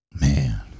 Man